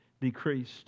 decreased